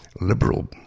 liberal